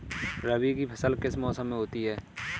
रबी की फसल किस मौसम में होती है?